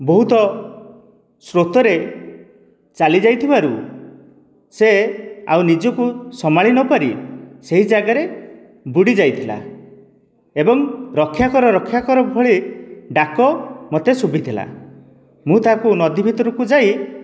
ବହୁତ ସ୍ରୋତରେ ଚାଲି ଯାଇଥିବାରୁ ସେ ଆଉ ନିଜକୁ ସମ୍ଭାଳି ନପାରି ସେହି ଜାଗାରେ ବୁଡି ଯାଇଥିଲା ଏବଂ ରକ୍ଷା କର ରକ୍ଷା କର ଭଳି ଡ଼ାକ ମୋତେ ଶୁଭିଥିଲା ମୁଁ ତା'କୁ ନଦୀ ଭିତରକୁ ଯାଇ